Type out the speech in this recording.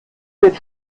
wird